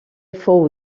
fou